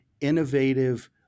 innovative